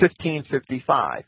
1555